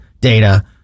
data